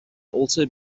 also